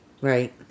Right